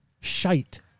shite